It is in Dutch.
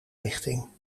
richting